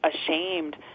ashamed